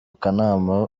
kanama